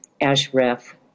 Ashraf